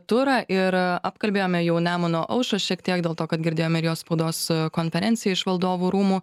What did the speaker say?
turą ir apkalbėjome jau nemuno aušrą šiek tiek dėl to kad girdėjome ir jos spaudos konferenciją iš valdovų rūmų